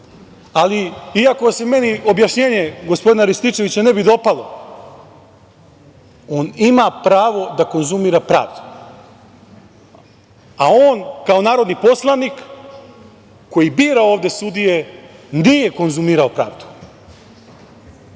ali i ako se meni objašnjenje gospodina Rističevića ne bi dopalo, on ima pravo da konzumira pravdu. On, kao narodni poslanik koji bira ovde sudije, nije konzumirao pravdu.Zašto